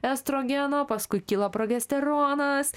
estrogeno paskui kila progesteronas